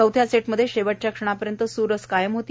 चौथ्या सेटमध्ये शेवटच्या क्षणापर्यंत चुरस कायम होती